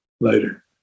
later